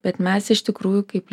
bet mes iš tikrųjų kaip